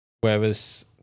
Whereas